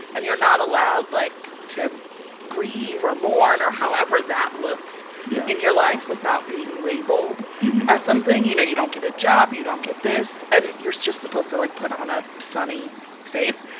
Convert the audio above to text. and you're not allowed, like, to grieve or mourn or however that looks yeah in your life without being labeled as something. you know, you don't get a job, you don't get this, and you're just supposed to, like, put on a sunny face.